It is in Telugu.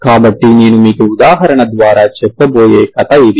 కాబట్టి నేను మీకు ఉదాహరణ ద్వారా చెప్పబోయే కథ ఇది